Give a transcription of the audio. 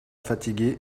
fatiguer